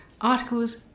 articles